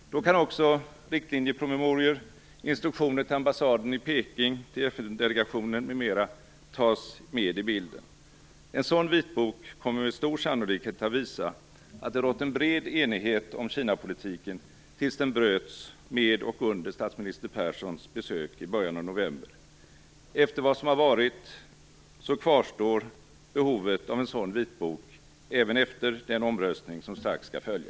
Då kan också riktlinjepromemorior, instruktioner till ambassaden i Peking, till FN-delegationen m.m. tas med i bilden. En sådan vitbok kommer med stor sannolikhet att visa att det rått en bred enighet om Kinapolitiken tills den bröts med och under statsminister Perssons besök i början av november. Efter vad som har varit kvarstår behovet av en sådan vitbok även efter den omröstning som strax skall följa.